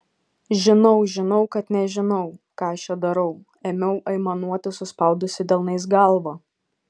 žinau žinau kad nežinau ką aš čia darau ėmiau aimanuoti suspaudusi delnais galvą